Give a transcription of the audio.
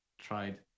tried